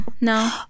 No